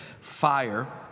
fire